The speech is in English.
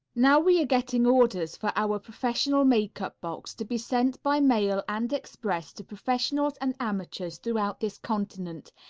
now we are getting orders for our professional makeup box to be sent by mail and express to professionals and amateurs throughout this continent,